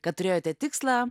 kad turėjote tikslą